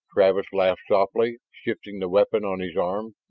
travis laughed softly, shifted the weapon on his arm.